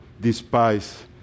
despise